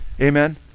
Amen